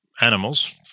animals